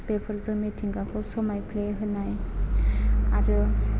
बेफोरजों मिथिंगाखौ समायफ्ले होनाय आरो